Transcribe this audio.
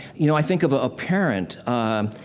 you know i think of a parent, ah, um